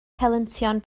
helyntion